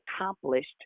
accomplished